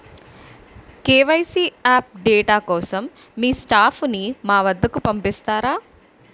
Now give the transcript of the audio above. KYC update కోసం మీ staff ని మా వద్దకు పంపిస్తారా?